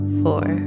four